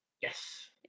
Yes